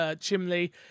chimney